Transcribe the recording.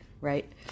right